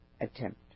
attempt